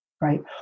Right